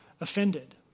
offended